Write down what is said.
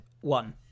one